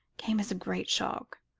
came as a great shock.